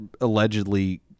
allegedly